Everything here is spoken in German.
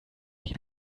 die